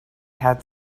had